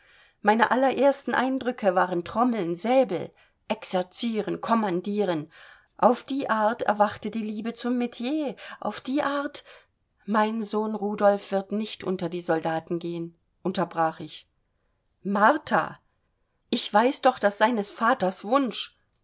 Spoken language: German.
meine allerersten eindrücke waren trommeln säbel exerzieren kommandieren auf die art erwacht die liebe zum metier auf die art mein sohn rudolf wird nicht unter die soldaten gehen unterbrach ich martha ich weiß doch daß seines vaters wunsch